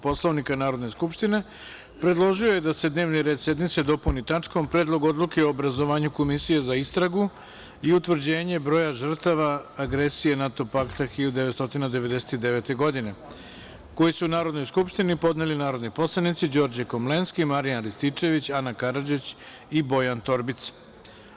Poslovnika Narodne skupštine, predložio je da se dnevni red sednice dopuni tačkom – Predlog odluke o obrazovanju Komisije za istragu i utvrđenje broja žrtava agresije NATO pakta 1999. godine, koji su Narodnoj skupštini podneli narodni poslanici Đorđe Komlenski, Marijan Rističević, Ana Karadžić i Bojan Torbica.